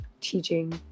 teaching